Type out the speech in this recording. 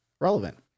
relevant